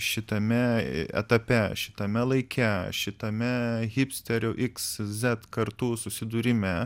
šitame etape šitame laike šitame hipsterių iks zet kartų susidūrime